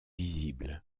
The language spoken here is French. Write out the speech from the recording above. visibles